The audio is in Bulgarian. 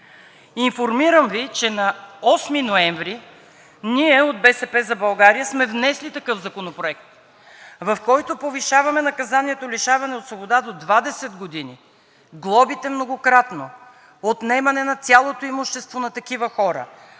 Информирам Ви, че на 8 ноември ние от „БСП за България“ сме внесли такъв законопроект, в който повишаваме наказанието „лишаване от свобода“ до 20 години, глобите многократно, отнемане на цялото имущество на такива хора